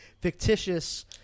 fictitious